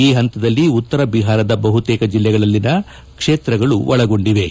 ಈ ಹಂತದಲ್ಲಿ ಉತ್ತರ ಬಿಹಾರದ ಬಹುತೇಕ ಜಿಲ್ಲೆಗಳಲ್ಲಿನ ಕ್ಷೇತ್ರಗಳು ಒಳಗೊಂಡಿವೆ